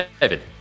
David